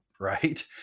right